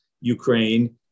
Ukraine